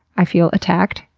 i feel attacked,